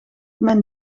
mijn